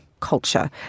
culture